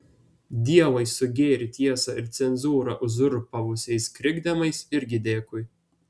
dievui su gėrį tiesą ir cenzūrą uzurpavusiais krikdemais irgi dėkui